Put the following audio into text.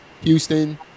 Houston